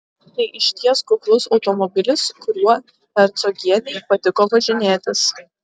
tai išties kuklus automobilis kuriuo hercogienei patiko važinėtis